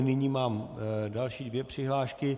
Nyní mám další dvě přihlášky.